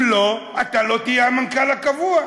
אם לא, אתה לא תהיה המנכ"ל הקבוע.